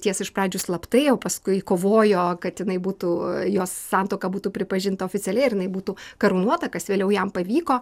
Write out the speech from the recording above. tiesa iš pradžių slaptai o paskui kovojo kad jinai būtų jos santuoka būtų pripažinta oficialiai ir jinai būtų karūnuota kas vėliau jam pavyko